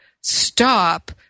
stop